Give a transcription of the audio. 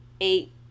eight